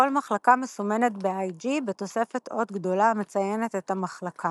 כל מחלקה מסומנת ב-Ig בתוספת אות גדולה המציינת את המחלקה